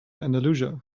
andalusia